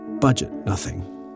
budget-nothing